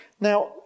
Now